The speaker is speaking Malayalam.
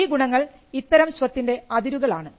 ഈ ഗുണങ്ങൾ ഇത്തരം സ്വത്തിൻറെ അതിരുകൾ ആണ്